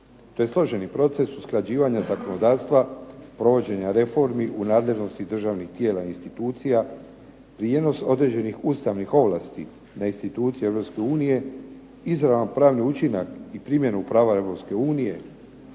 To je složeni proces usklađivanja zakonodavstva, provođenja reformi u nadležnosti državnih tijela i institucija, prijenos određenih ustavnih ovlasti na institucije Europske unije, izravan pravni učinak i primjenu prava